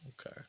Okay